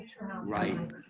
Right